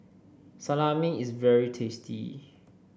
salami is very tasty